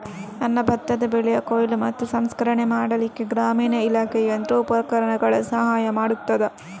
ನನ್ನ ಭತ್ತದ ಬೆಳೆಯ ಕೊಯ್ಲು ಮತ್ತು ಸಂಸ್ಕರಣೆ ಮಾಡಲಿಕ್ಕೆ ಗ್ರಾಮೀಣ ಇಲಾಖೆಯು ಯಂತ್ರೋಪಕರಣಗಳ ಸಹಾಯ ಮಾಡುತ್ತದಾ?